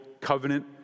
covenant